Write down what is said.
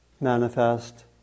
manifest